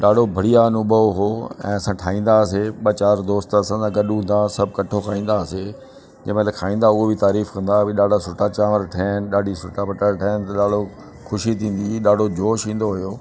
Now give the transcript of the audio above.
ॾाढो बढ़िया अनुभव हो ऐं असां ठाहींदा हुआसीं ॿ चारि दोस्त असां सां गॾु हूंदा हुआ सभु कठो खाईंदा हुआसीं जंहिं महिल खाईंदा उहो बि तारीफ़ कंदा उहे ॾाढा सुठा चांवर ठाहिया आहिनि ॾाढी सुठा पटाटा ठहिया आहिनि त ॾाढो ख़ुशी थींदी ॾाढो जोश ईंदो हुओ